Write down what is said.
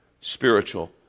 spiritual